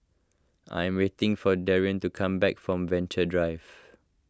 I am waiting for Darrion to come back from Venture Drive